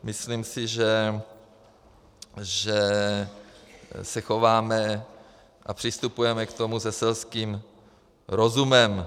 Myslím si, že se chováme a přistupujeme k tomu se selským rozumem.